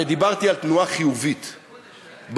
הרי דיברתי על תנועה חיובית בדרך,